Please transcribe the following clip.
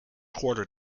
quarter